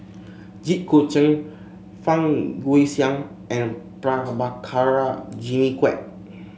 Jit Koon Ch'ng Fang Guixiang and Prabhakara Jimmy Quek